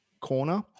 corner